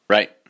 Right